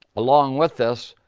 along with this,